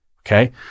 Okay